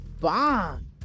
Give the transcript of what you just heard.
bomb